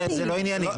זה לא עניינית.